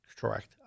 Correct